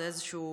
זו איזושהי